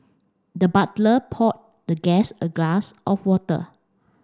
the butler poured the guest a glass of water